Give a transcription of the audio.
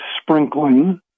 sprinkling